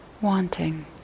wanting